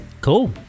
cool